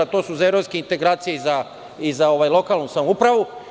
To su za evropske integracije i za lokalnu samoupravu.